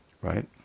right